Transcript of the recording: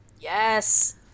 Yes